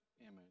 image